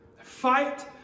Fight